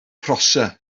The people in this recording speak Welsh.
prosser